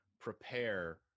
prepare